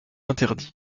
interdit